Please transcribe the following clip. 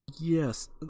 Yes